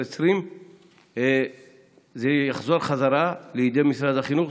2020 זה יחזור בחזרה לידי משרד החינוך,